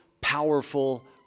powerful